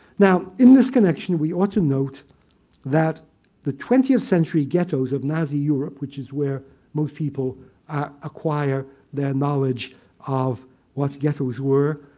now, in this connection, we ought to note that the twentieth century ghettos of nazi europe, which is where most people acquire their knowledge of what ghettos were,